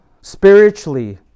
spiritually